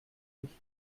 nicht